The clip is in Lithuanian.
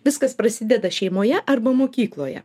viskas prasideda šeimoje arba mokykloje